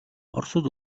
оросууд